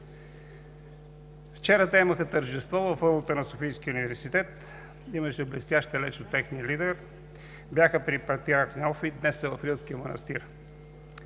Вчера те имаха тържество в Аулата на Софийския университет. Имаше блестяща реч от техния лидер. Бяха при патриарх Неофит, днес са в Рилския манастир.